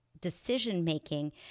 decision-making